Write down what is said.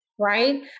Right